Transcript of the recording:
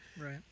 Right